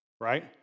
right